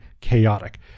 chaotic